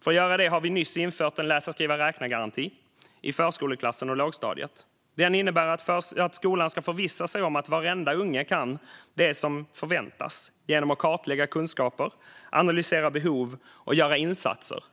För att göra det har vi nyss infört en läsa-skriva-räkna-garanti i förskoleklassen och lågstadiet. Den innebär att skolan ska förvissa sig om att varenda unge kan det som förväntas genom att man kartlägger kunskaper, analyserar behov och gör insatser